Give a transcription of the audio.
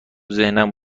ذهنم